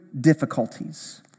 difficulties